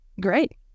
Great